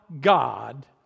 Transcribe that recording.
God